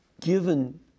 given